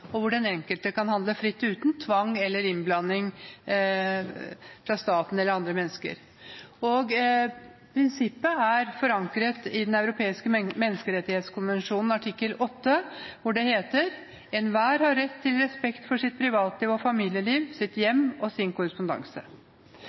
kontrollerer, hvor den enkelte kan handle fritt uten tvang eller innblanding fra staten eller andre mennesker. Prinsippet er forankret i Den europeiske menneskerettighetskonvensjonen artikkel 8, hvor det heter: «Enhver har rett til respekt for sitt privatliv og familieliv, sitt hjem og sin korrespondanse.»